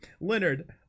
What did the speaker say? Leonard